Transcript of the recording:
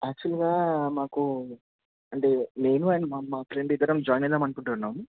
యాక్చువల్గా మాకు అంటే నేను అండ్ మా ఫ్రెండ్ ఇద్దరం జాయిన్ అవుదాం అనుకుంటున్నాము